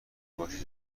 باشه